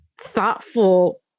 thoughtful